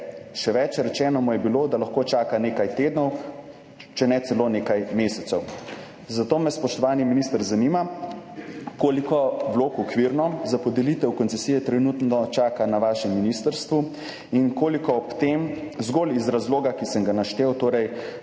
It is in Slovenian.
Še več, rečeno mu je bilo, da lahko čaka nekaj tednov, če ne celo nekaj mesecev. Zato me, spoštovani minister, zanima: Okvirno koliko vlog za podelitev koncesije trenutno čaka na vašem ministrstvu? Koliko jih čaka zgolj iz razloga, ki sem ga navedel, torej